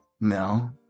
No